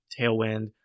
tailwind